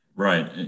Right